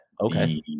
okay